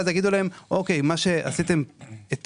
ואז יגידו להם: מה שעשיתם אתמול,